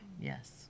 Yes